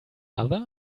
mother